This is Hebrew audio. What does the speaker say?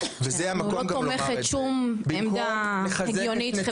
שלא תומכת שום עמדה הגיונית,